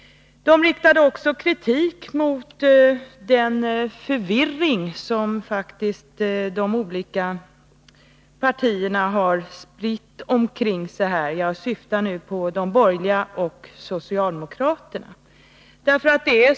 De riktade också kritik mot den förvirring som de olika partierna faktiskt har spritt omkring sig. Jag syftar nu på de borgerliga och socialdemokraterna.